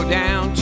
down